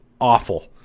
awful